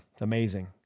Amazing